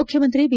ಮುಖ್ಯಮಂತ್ರಿ ಬಿ